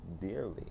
dearly